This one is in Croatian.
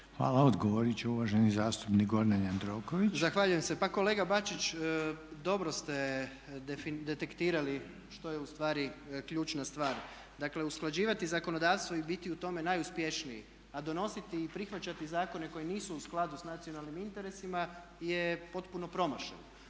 Hvala. Odgovoriti će uvaženi zastupnik Gordan Jandroković. **Jandroković, Gordan (HDZ)** Zahvaljujem se. Kolega Bačić, dobro ste detektirali što je ustvari ključna stvar. Dakle usklađivati zakonodavstvo i biti u tome najuspješniji a donositi i prihvaćati zakone koji nisu u skladu sa nacionalnim interesima je potpuno promašeno.